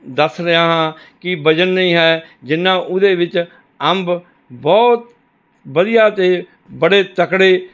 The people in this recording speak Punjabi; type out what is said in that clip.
ਦੱਸ ਰਿਹਾ ਹਾਂ ਕਿ ਵਜਨ ਨਹੀਂ ਹੈ ਜਿੰਨਾ ਉਹਦੇ ਵਿੱਚ ਅੰਬ ਬਹੁਤ ਵਧੀਆ ਅਤੇ ਬੜੇ ਤਕੜੇ